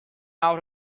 out